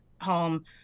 home